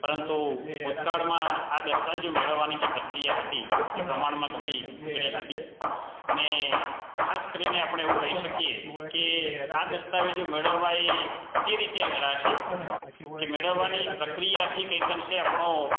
પરંતુ ભૂતકાળમાં આ દસ્તાવેજો મેળવવાની જે પ્રક્રિયા હતી એ પ્રમાણમાં ઘણી અઘરી હતી અને ખાસ કરીને આપણે એવું કહી શકીએ કે આ દસ્તાવેજો મેળવવા એ એ રીતે અઘરા છે કે મેળવવાની પ્રક્રિયાથી કંઈક અંશે આપણો